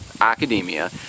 academia